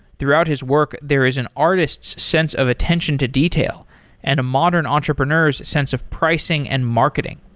throughout his work, there is an artist's sense of attention to detail and a modern entrepreneur s sense of pricing and marketing.